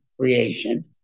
creation